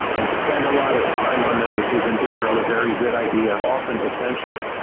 and to spend a lot of time on those is in general a very good idea, often essential.